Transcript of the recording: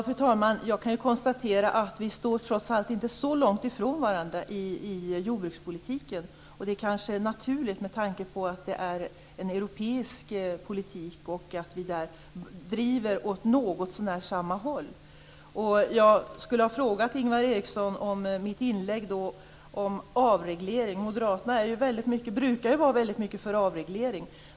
Fru talman! Jag kan konstatera att vi trots allt inte står så långt ifrån varandra i jordbrukspolitiken. Och det kanske är naturligt med tanke på att det är en europeisk politik och att vi där driver åt något så när samma håll. Jag skulle ha frågat Ingvar Eriksson i mitt inlägg om avreglering. Moderaterna brukar ju vara väldigt mycket för avreglering.